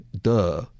duh